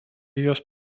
jos